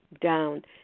down